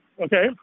okay